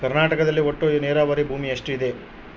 ಕರ್ನಾಟಕದಲ್ಲಿ ಒಟ್ಟು ನೇರಾವರಿ ಭೂಮಿ ಎಷ್ಟು ಇದೆ?